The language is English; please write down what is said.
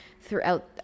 throughout